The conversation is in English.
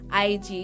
IG